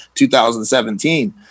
2017